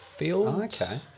okay